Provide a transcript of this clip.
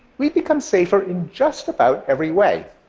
we've become safer in just about every way.